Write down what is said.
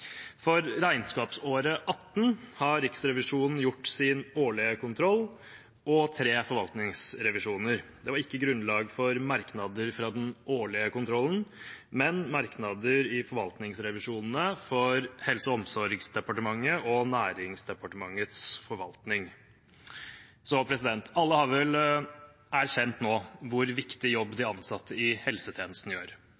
For regnskapsåret 2018 har Riksrevisjonen gjort sin årlige kontroll og tre forvaltningsrevisjoner. Det var ikke grunnlag for merknader fra den årlige kontrollen, men det var merknader i forvaltningsrevisjonene for Helse- og omsorgsdepartementets og Næringsdepartementets forvalting. Alle har vel erkjent nå hvor viktig